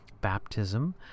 baptism